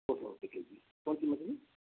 دو سو روپے کے جی کون سی مچھلی